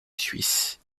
suisse